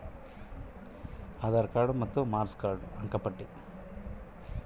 ನಮ್ಮ ದೇಶದ ಪ್ರಧಾನಿ ಹೆಸರಲ್ಲಿ ನಡೆಸೋ ಟ್ರೈನಿಂಗ್ ಸೇರಬೇಕಂದರೆ ಏನೇನು ಕಾಗದ ಪತ್ರ ನೇಡಬೇಕ್ರಿ?